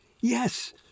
Yes